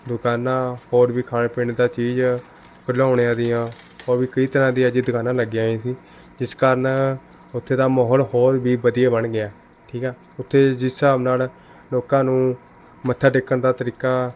ਦੁਕਾਨਾਂ ਹੋਰ ਵੀ ਖਾਣ ਪੀਣ ਦਾ ਚੀਜ਼ ਖਿਲੋਣਿਆਂ ਦੀਆਂ ਹੋਰ ਵੀ ਕਈ ਤਰ੍ਹਾਂ ਦੀਆਂ ਜ ਦੁਕਾਨਾਂ ਲੱਗੀਆਂ ਹੋਈਆਂ ਸੀ ਜਿਸ ਕਾਰਨ ਉੱਥੇ ਦਾ ਮਾਹੌਲ ਹੋਰ ਵੀ ਵਧੀਆ ਬਣ ਗਿਆ ਠੀਕ ਆ ਉੱਥੇ ਜਿਸ ਹਿਸਾਬ ਨਾਲ ਲੋਕਾਂ ਨੂੰ ਮੱਥਾ ਟੇਕਣ ਦਾ ਤਰੀਕਾ